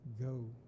go